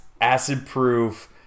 acid-proof